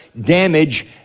damage